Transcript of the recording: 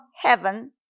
heaven